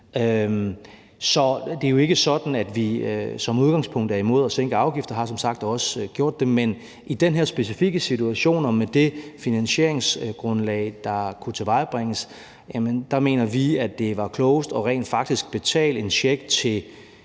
Så det er jo ikke sådan, at vi som udgangspunkt er imod at sænke afgifter – og har som sagt også gjort det – men i den her specifikke situation og med det finansieringsgrundlag, der kunne tilvejebringes, mener vi, at det var klogest rent faktisk at betale en check til